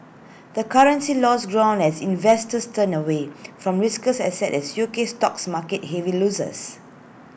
the currency lost ground as investors turned away from riskier assets as U S stocks marked heavy losses